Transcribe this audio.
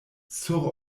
sur